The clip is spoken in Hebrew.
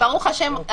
ברוך השם,